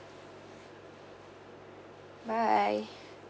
bye